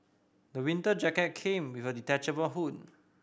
my winter jacket came with a detachable hood